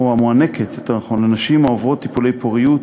המוענקת לנשים העוברות טיפולי פוריות,